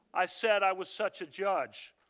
i said i was such a judge.